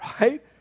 Right